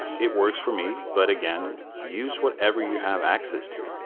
it works for me but again, use whatever you have access to.